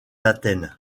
d’athènes